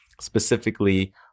specifically